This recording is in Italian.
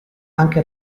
anche